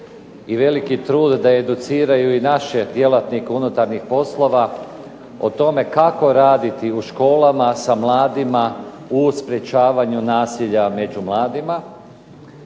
i veliki trud da educiraju i naše djelatnike unutarnjih poslova o tome kako raditi u školama sa mladima u sprječavanju nasilja među mladima,